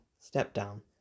step-down